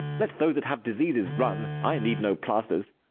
let those that have diseases run i need no plasters.